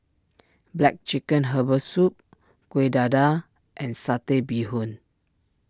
Black Chicken Herbal Soup Kuih Dadar and Satay Bee Hoon